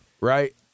right